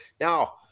Now